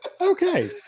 Okay